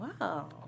Wow